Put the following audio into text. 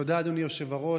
תודה, אדוני היושב-ראש.